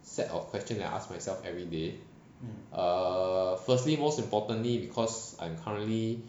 set or question that I ask myself everyday err firstly most importantly because I'm currently